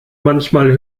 manchmal